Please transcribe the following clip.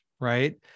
right